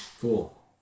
Cool